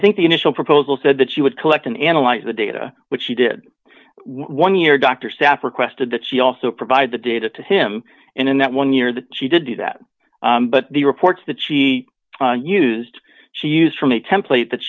think the initial proposal said that she would collect and analyze the data which she did one year dr staff requested that she also provide the data to him and in that one year that she did do that but the reports that she used she used from a template that